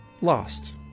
lost